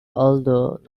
although